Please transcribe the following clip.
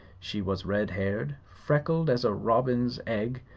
she was red-haired, freckled as a robin's egg,